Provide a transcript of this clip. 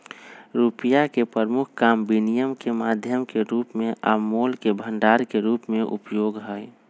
रुपइया के प्रमुख काम विनिमय के माध्यम के रूप में आ मोल के भंडार के रूप में उपयोग हइ